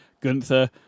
Gunther